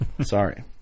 Sorry